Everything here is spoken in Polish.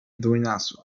dwójnasób